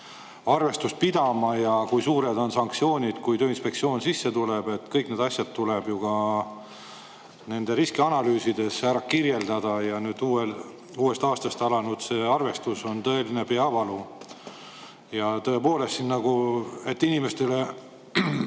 arvestust pidama ja kui suured on sanktsioonid, kui Tööinspektsioon sisse tuleb. Kõik need asjad tuleb ka nende riskianalüüsides ära kirjeldada ja nüüd uuest aastast alanud arvestus on tõeline peavalu. Ja tõepoolest, et inimesi